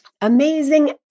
amazing